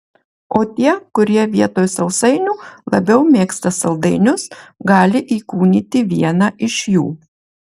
o tie kurie vietoj sausainių labiau mėgsta saldainius gali įkūnyti vieną iš jų